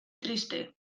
triste